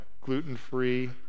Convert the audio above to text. gluten-free